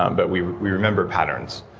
um but we we remember patterns.